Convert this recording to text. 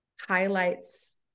highlights